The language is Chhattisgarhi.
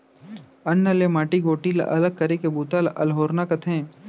अन्न ले माटी गोटी ला अलग करे के बूता ल अल्होरना कथें